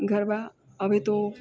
ગરબા અવે તો